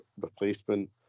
replacement